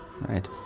Right